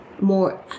more